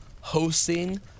hosting